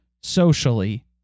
socially